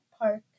park